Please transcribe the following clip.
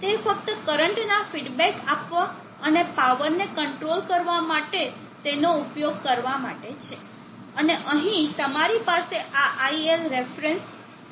તે ફક્ત કરંટના ફિડબેક આપવા અને પાવરને કંટ્રોલ કરવા માટે તેનો ઉપયોગ કરવા માટે છે અને અહીં તમારી પાસે આ iL રેફરન્સ રેફરન્સ હશે